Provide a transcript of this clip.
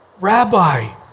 Rabbi